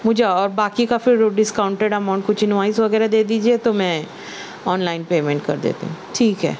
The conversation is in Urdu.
مجھے اور باقی کا پھر ڈسکاؤنٹیڈ اماؤنٹ کچھ انوائس وغیرہ دے دیجئے تو میں آن لائن پیمنٹ کر دیتی ہوں ٹھیک ہے